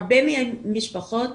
הרבה מהמשפחות